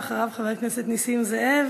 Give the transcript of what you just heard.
ואחריו, חבר הכנסת נסים זאב